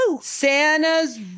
Santa's